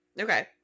Okay